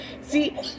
See